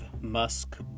Musk